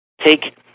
take